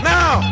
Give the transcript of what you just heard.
Now